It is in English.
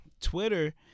Twitter